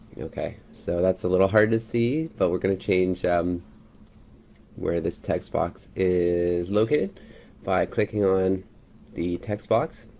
okay. so that's a little hard to see, but we're gonna change um where this text box is located by clicking on the text box,